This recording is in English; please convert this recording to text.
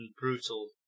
brutal